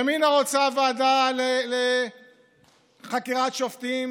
ימינה רוצה ועדה לחקירת שופטים